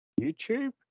YouTube